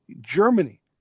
Germany